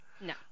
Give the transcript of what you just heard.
No